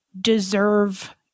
deserve